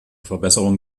verbesserung